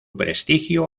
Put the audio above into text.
prestigio